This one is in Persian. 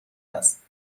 است